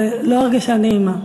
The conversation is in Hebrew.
זו לא הרגשה נעימה.